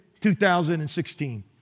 2016